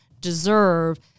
deserve